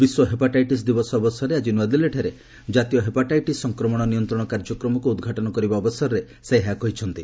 ବିଶ୍ୱ ହେପାଟାଇଟିସ୍ ଦିବସ ଅବସରରେ ଆଜି ନୂଆଦିଲ୍ଲୀଠାରେ କାତୀୟ ହେପାଟାଇଟିସ୍ ସଂକ୍ରମଣ ନିୟନ୍ତ୍ରଣ କାର୍ଯ୍ୟକ୍ରମକୁ ଉଦ୍ଘାଟନ କରିବା ଅବସରରେ ସେ ଏହା କହିଛନ୍ତି